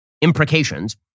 imprecations